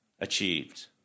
achieved